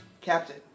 Captain